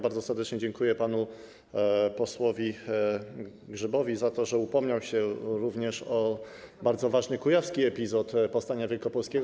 Bardzo serdecznie dziękuję panu posłowi Grzybowi za to, że upomniał się również o bardzo ważny kujawski epizod powstania wielkopolskiego.